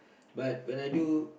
but when I do